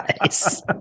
Nice